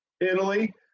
Italy